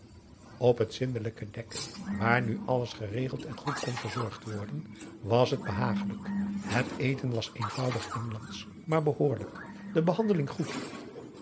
op het zindelijke dek waar nu alles geregeld en goed kon verzorgd worden was het behaaglijk het eten was eenvoudig inlandsch maar behoorlijk de behandeling goed